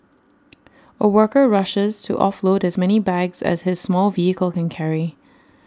A worker rushes to offload as many bags as his small vehicle can carry